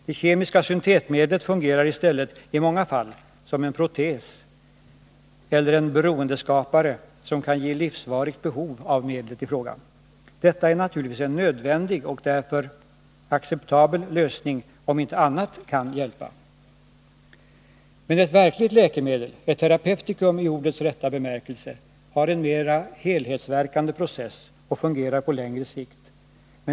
Det kemiska syntetmedlet fungerar i stället — i många fall — som en protes eller en beroendeskapare som kan ge livslångt behov av medlet ifråga. Detta är naturligtvis en nödvändig och därför acceptabel lösning — om inte annat kan hjälpa! Ett verkligt läkemedel — ett terapeuticum i ordets rätta bemärkelse— har en mera helhetsverkande process och fungerar på längre sikt.